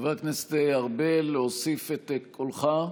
חבר הכנסת ארבל, להוסיף את קולך?